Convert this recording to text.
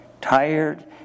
tired